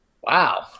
wow